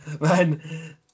Man